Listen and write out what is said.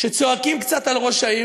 צועקים קצת על ראש העיר,